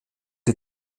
die